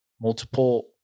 multiple